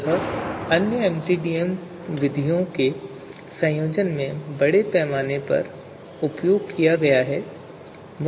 यह अन्य एमसीडीएम विधियों के संयोजन में बड़े पैमाने पर उपयोग किया गया है